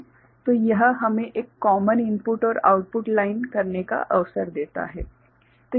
तो यह हमें एक कॉमन इनपुट और आउटपुट लाइन करने का अवसर देता है